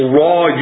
raw